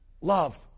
Love